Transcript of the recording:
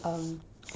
um